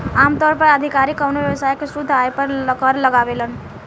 आमतौर पर अधिकारी कवनो व्यवसाय के शुद्ध आय पर कर लगावेलन